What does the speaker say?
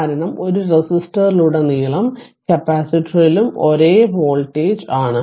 കാരണം ഒരു റെസിസ്റ്ററിലുടനീളവും കപ്പാസിറ്റരിലും ഒരേ വോൾട്ടേജ് ആണ്